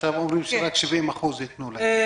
עכשיו אומרים שייתנו להם רק 70%. כן.